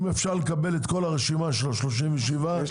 ואם אפשר לקבל הרשימה של כל ה-37, אנחנו נשמח.